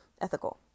ethical